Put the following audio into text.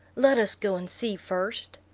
let us go and see first.